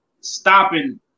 stopping